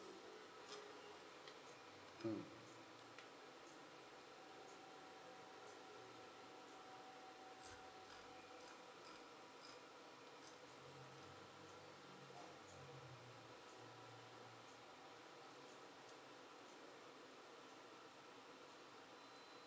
mm